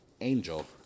Angel